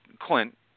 Clint